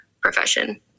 profession